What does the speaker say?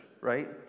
right